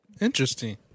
Interesting